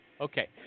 Okay